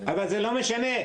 אבל זה לא משנה.